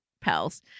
pals